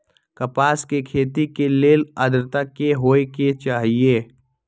कपास के खेती के लेल अद्रता की होए के चहिऐई?